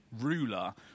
ruler